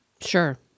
Sure